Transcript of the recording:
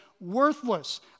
worthless